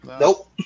Nope